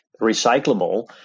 recyclable